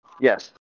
Yes